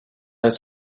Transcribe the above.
his